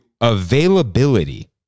availability